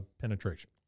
penetration